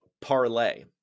parlay